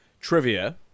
trivia